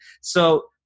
So-